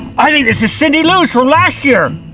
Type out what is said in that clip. i think this is cindy lou's from last year!